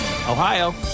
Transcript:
Ohio